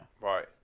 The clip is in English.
Right